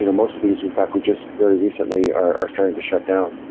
you know most of these in fact, we just very recently are are starting to shut down.